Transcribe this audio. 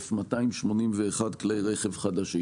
289,281 כלי רכב חדשים.